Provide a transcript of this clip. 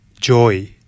joy